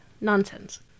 Nonsense